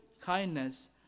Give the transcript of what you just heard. kindness